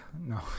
No